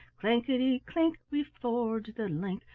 clankety-clink! we forge the link.